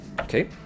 Okay